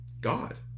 God